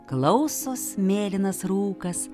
klausos mėlynas rūkas